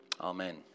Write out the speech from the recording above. Amen